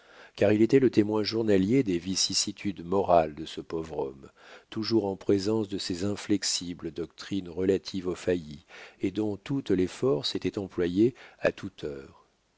car il était le témoin journalier des vicissitudes morales de ce pauvre homme toujours en présence de ses inflexibles doctrines relatives aux faillis et dont toutes les forces étaient employées à toute heure